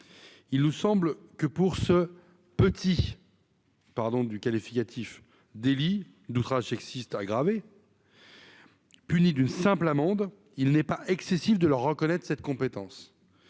Il nous semble que pour ce « petit »- pardon du qualificatif -délit d'outrage sexiste aggravé, puni d'une simple amende, il n'est pas excessif de leur reconnaître cette compétence.